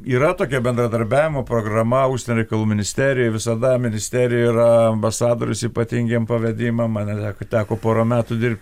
yra tokia bendradarbiavimo programa užsienio reikalų ministerijoj visada ministerijoj yra ambasadorius ypatingiem pavedimam man yra teko teko porą metų dirbt